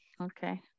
Okay